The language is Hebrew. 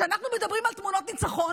כשאנחנו מדברים על תמונות ניצחון,